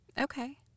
Okay